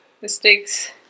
mistakes